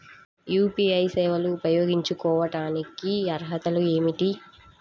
UPI సేవలు ఉపయోగించుకోటానికి అర్హతలు ఏమిటీ?